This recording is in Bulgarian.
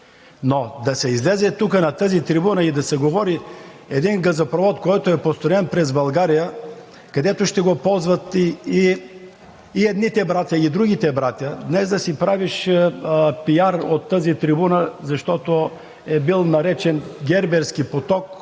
Но да се излезе на тази трибуна и да се говори за един газопровод, който е построен през България, където ще го ползват и едните братя, и другите братя, днес да си правиш пиар от тази трибуна, защото е бил наречен герберски поток